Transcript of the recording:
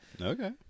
okay